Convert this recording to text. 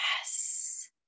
Yes